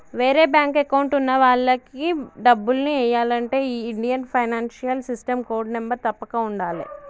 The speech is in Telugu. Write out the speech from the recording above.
వేరే బ్యేంకు అకౌంట్ ఉన్న వాళ్లకి డబ్బుల్ని ఎయ్యాలంటే ఈ Indian financial system code number తప్పక ఉండాలే